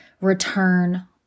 return